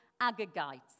Agagites